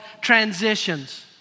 Transitions